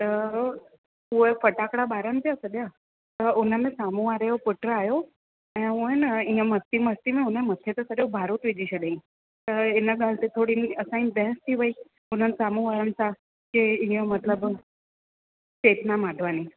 त उहे फटाकड़ा ॿारनि पिया सॼा त हुन में साम्हूं वारे जो पुट आयो त उहे न इअं मस्ती मस्ती में उन मथे ते सॼो बारूद विझी छॾियईं त हिन ॻाल्हि ते थोरी असां सी बहसु थी वेई उन्हनि साम्हूं वारनि सां कि इअं मतलबु चेतना माधवानी